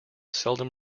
seldom